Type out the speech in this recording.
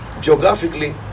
geographically